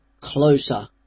closer